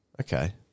okay